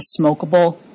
smokable